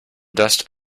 dust